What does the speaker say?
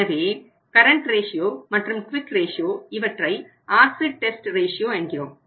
எனவே current ratio என்கிறோம்